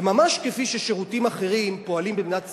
וממש כפי ששירותים אחרים פועלים במדינת ישראל,